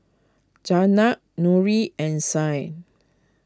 Zaynab Nurin and Syah